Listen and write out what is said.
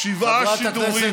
שבעה שידורים,